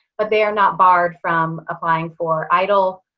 but they are not barred from applying for eidl,